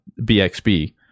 BXB